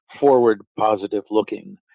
forward-positive-looking